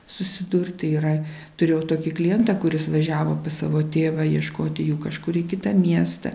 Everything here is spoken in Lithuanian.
susidurti yra turėjau tokį klientą kuris važiavo pas savo tėvą ieškoti jų kažkur į kitą miestą